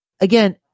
again